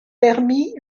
permis